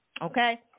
Okay